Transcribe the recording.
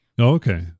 Okay